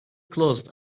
closed